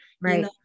Right